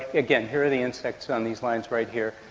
again, here are the insects on these lines right here,